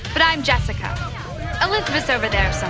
but i'm jessica eliquis over there so